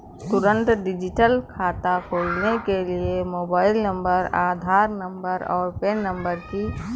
तुंरत डिजिटल खाता खोलने के लिए मोबाइल नंबर, आधार नंबर, और पेन नंबर की ज़रूरत होगी